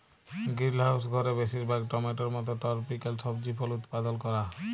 greenhouse ঘরে বেশিরভাগ টমেটোর মত টরপিক্যাল সবজি ফল উৎপাদল ক্যরা